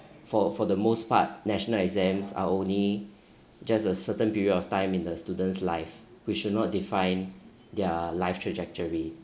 for for the most part national exams are only just a certain period of time in the student's life we should not define their life trajectory